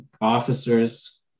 officers